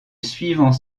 suivant